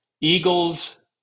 Eagles